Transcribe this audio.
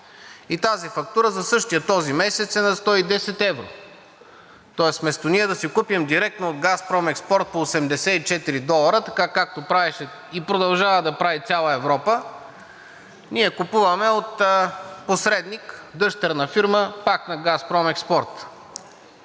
И тази фактура за същия този месец е за 110 евро. Тоест, вместо да си купим директно от „Газпром Експорт“ по 84 долара, така както правеше и продължава да прави цяла Европа, ние купуваме от посредник – дъщерна фирма пак на „Газпром Експорт“.